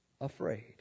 afraid